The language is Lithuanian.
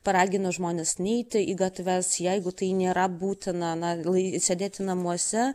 paragino žmones neiti į gatves jeigu tai nėra būtina na lai sėdėti namuose